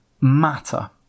matter